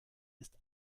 ist